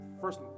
first